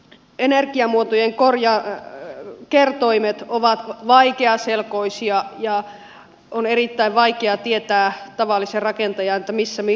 nämä energiamuotojen kertoimet ovat vaikeaselkoisia ja tavallisen rakentajan on erittäin vaikea tietää missä milloinkin mennään